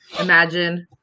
Imagine